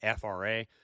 FRA